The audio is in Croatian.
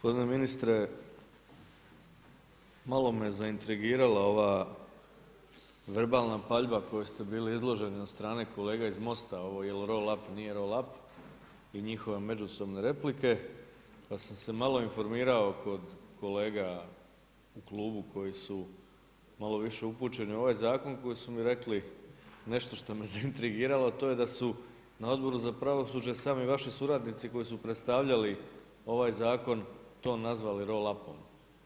Gospodine ministre, malo me zaintrigirala ova verbalna paljba kojoj ste bili izloženi od strane kolega iz MOST-a, jel' ovo roll up, nije roll up i njihove međusobne replike pa sam se malo informirao, kod kolega u Klubu koji su malo više upućeni u ovaj zakon, koji su mi rekli, nešto što me je integriralo, a to je da su na Odboru za pravosuđe sami vaši suradnici koji su predstavljali, ovaj zakon to nazivali roll upom.